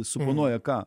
suponuoja ką